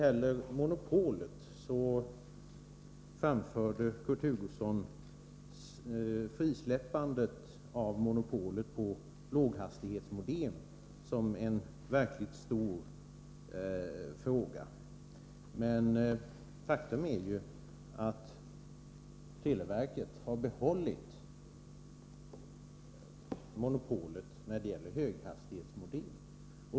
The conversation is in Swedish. Kurt Hugosson ansåg att upphävandet av monopolet på låghastighetsmodem var en verkligt stor fråga. Men faktum är ju att televerket har behållit monopolet på höghastighetsmodem.